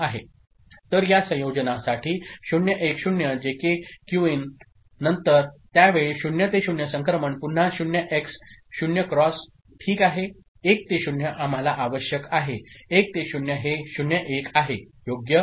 तर या संयोजनासाठी 0 1 0 जे के क्यूएन नंतर त्यावेळी0 ते 0 संक्रमण पुन्हा 0 एक्स 0क्रॉसओके1ते0आम्हालाआवश्यक आहे1ते0हे01आहे योग्य